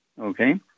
okay